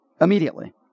immediately